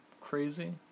crazy